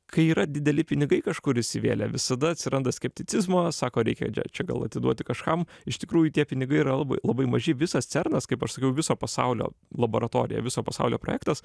kai yra dideli pinigai kažkur įsivėlę visada atsiranda skepticizmo sako reikia čia čia gal atiduoti kažkam iš tikrųjų tie pinigai yra labai labai maži visas cernas kaip aš sakiau viso pasaulio laboratorija viso pasaulio projektas